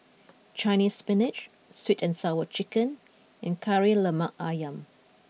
Chinese Spinach Sweet and Sour Chicken and Kari Lemak Ayam